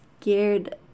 scared